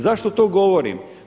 Zašto to govorim?